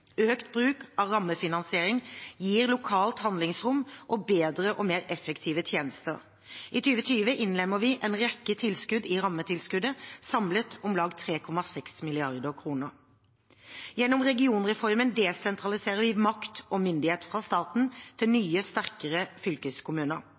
Økt bruk av rammefinansiering gir lokalt handlingsrom og bedre og mer effektive tjenester. I 2020 innlemmer vi en rekke tilskudd i rammetilskuddet, samlet om lag 3,6 mrd. kr. Gjennom regionreformen desentraliserer vi makt og myndighet fra staten til